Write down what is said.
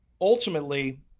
ultimately